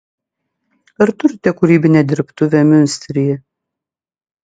ar turite kūrybinę dirbtuvę miunsteryje